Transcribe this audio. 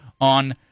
on